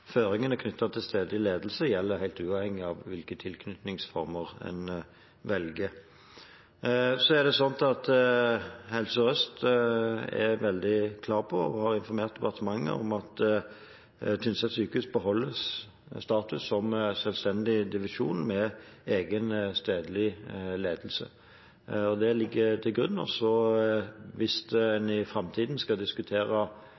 Føringene knyttet til stedlig ledelse gjelder helt uavhengig av hvilke tilknytningsformer en velger. Helse Sør-Øst er veldig klar på og har informert departementet om at Tynset sykehus beholder statusen som selvstendig divisjon med egen stedlig ledelse. Det ligger til grunn. Hvis